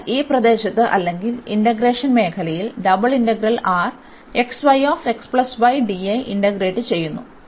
അതിനാൽ ഈ പ്രദേശത്ത് അല്ലെങ്കിൽ ഇന്റഗ്രേഷൻ മേഖലയിൽ ഇന്റഗ്രേറ്റ് ചെയ്യുന്നു